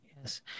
Yes